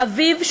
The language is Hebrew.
אביו,